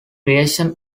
creation